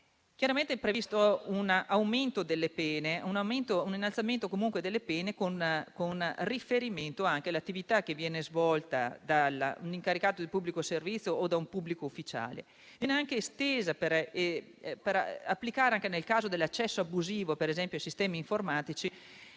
Chiaramente sono previsti un aumento e un innalzamento delle pene con riferimento anche all'attività che viene svolta da un incaricato di pubblico servizio o da un pubblico ufficiale, che, per applicarla anche al caso dell'accesso abusivo ai sistemi informatici,